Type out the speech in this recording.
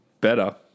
Better